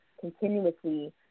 continuously